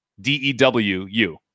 D-E-W-U